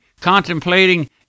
contemplating